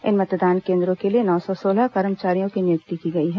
इन मतदान केन्द्रों के लिए नौ सौ सोलह कर्मचारियों की नियुक्ति की गई है